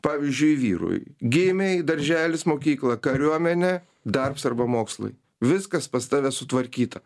pavyzdžiui vyrui gimei darželis mokykla kariuomenė darbs arba mokslai viskas pas tave sutvarkyta